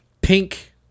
pink